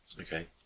okay